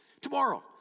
Tomorrow